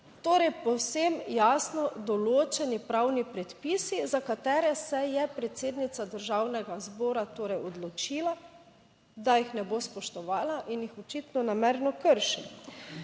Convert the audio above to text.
Torej, povsem jasno določeni pravni predpisi, za katere se je predsednica Državnega zbora torej odločila, da jih ne bo spoštovala in jih očitno namerno krši.